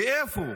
ואיפה?